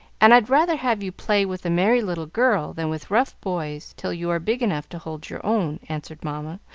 and i'd rather have you play with a merry little girl than with rough boys till you are big enough to hold your own, answered mamma,